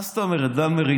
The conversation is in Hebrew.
מה זאת אומרת, דן מרידור?